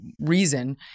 reason